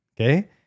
Okay